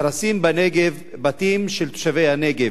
נהרסים בנגב בתים של תושבי הנגב.